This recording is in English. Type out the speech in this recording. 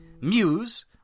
muse